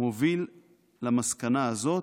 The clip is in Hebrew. מוביל למסקנה הזאת,